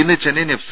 ഇന്ന് ചെന്നൈയിൻ എഫ്